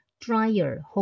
dryer